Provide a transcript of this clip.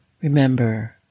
remember